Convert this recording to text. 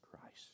Christ